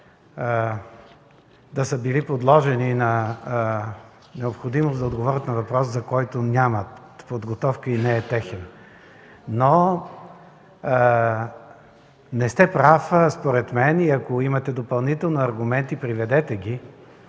да са били подложени на необходимост да отговорят на въпрос, за който нямат подготовка и не е техен, но не сте прав според мен, и ако имате допълнително аргументи, приведете ги.